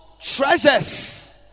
treasures